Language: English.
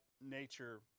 nature